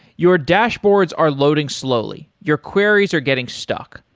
your dashboards are loading slowly, your queries are getting stuck,